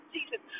Jesus